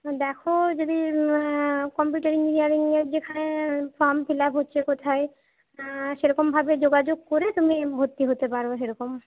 দেখো যদি কম্পিউটার ইঞ্জিনিয়ারিংয়ের যেখানে ফর্ম ফিলাপ হচ্ছে কোথায় সেরকমভাবে যোগাযোগ করে তুমি ভর্তি হতে পারো সেরকম